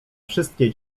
wszystkie